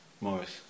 Morris